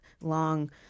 long